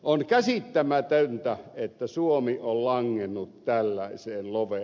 on käsittämätöntä että suomi on langennut tällaiseen loveen